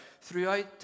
throughout